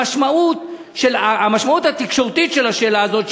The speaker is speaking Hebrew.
המשמעות התקשורתית של השאלה הזאת,